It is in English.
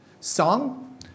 song